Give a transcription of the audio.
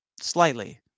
slightly